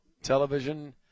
Television